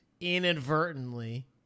inadvertently